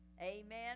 Amen